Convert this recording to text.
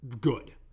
good